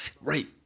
Right